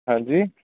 ਹਾਂਜੀ